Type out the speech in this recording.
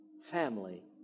family